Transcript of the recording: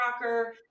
Rocker